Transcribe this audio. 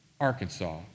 Arkansas